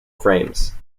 frames